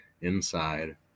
inside